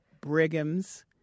Brigham's